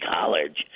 college